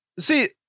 See